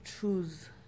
choose